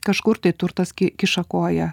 kažkur tai turtas kiša koją